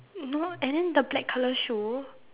no and then the black colour shoe